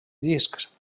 discs